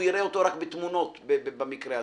הוא יראה אותו רק בתמונות במקרה הטוב.